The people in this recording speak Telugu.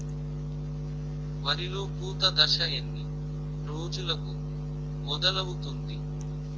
వరిలో పూత దశ ఎన్ని రోజులకు మొదలవుతుంది?